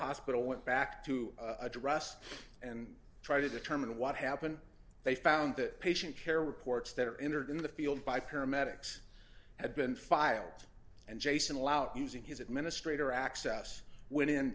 hospital went back to address and try to determine what happened they found that patient care reports that are entered in the field by paramedics had been filed and jason lout using his administrator access w